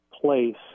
place